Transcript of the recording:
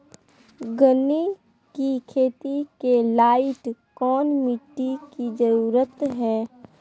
गन्ने की खेती के लाइट कौन मिट्टी की जरूरत है?